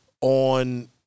on